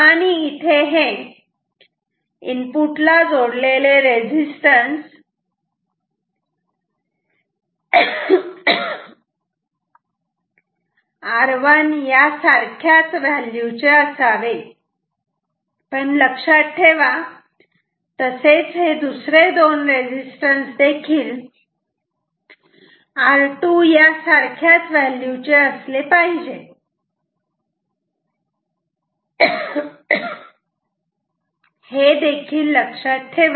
आणि इथे हे इनपुटला जोडलेले रेझिस्टन्स हे R1 या सारख्याच व्हॅल्यू चे असावे हे पण लक्षात ठेवा तसेच हे दुसरे दोन रेझिस्टन्स देखील R2 या यासारख्याच व्हॅल्यू चे असले पाहिजेत हे देखील लक्षात ठेवा